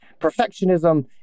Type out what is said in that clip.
perfectionism